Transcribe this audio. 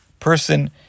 Person